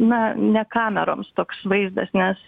na ne kameroms toks vaizdas nes